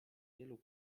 wielu